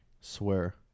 Swear